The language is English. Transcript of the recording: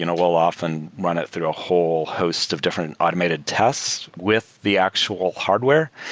you know we'll often run it through a whole host of different automated tests with the actual hardware.